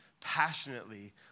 passionately